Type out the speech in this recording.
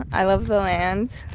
i love the land,